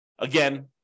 Again